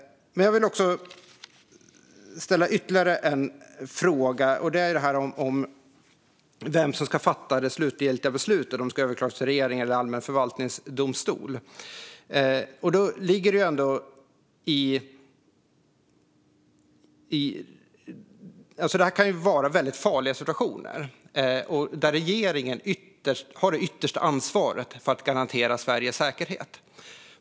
Jag vill ställa ytterligare en fråga. Den gäller vem som ska fatta det slutgiltiga beslutet, om det ska överklagas till regeringen eller till allmän förvaltningsdomstol. Det här kan vara väldigt farliga situationer där regeringen har det yttersta ansvaret för att garantera Sveriges säkerhet.